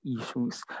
issues